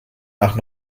nach